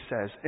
says